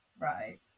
right